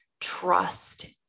trust